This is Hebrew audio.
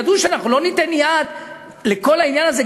ידעו שאנחנו לא ניתן יד לכל העניין הזה,